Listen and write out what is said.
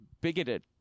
bigoted